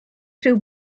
rhyw